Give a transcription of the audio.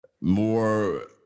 more